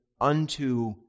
unto